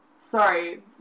sorry